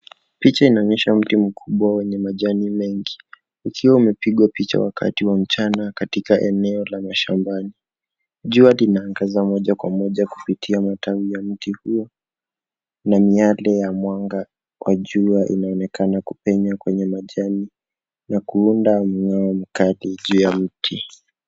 Picha inaonyesha mti mkubwa wenye majani mengi ukiwa umepigwa picha wakati wa mchana katika eneo la mashambani. Jua linaangaza moja kwa moja kupitia matawi ya mti huo na miale ya mwanga wa jua inaonekana kupenya kwenye majani na kuunda mng'ao mkali juu ya mti.